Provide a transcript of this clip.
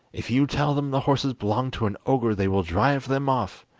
if you tell them the horses belong to an ogre they will drive them off,